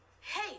Hey